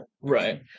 Right